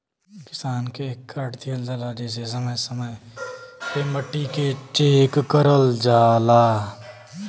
किसान के एक कार्ड दिहल जाला जेसे समय समय पे मट्टी के चेक करल जाला